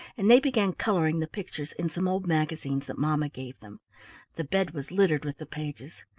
and they began coloring the pictures in some old magazines that mamma gave them the bed was littered with the pages.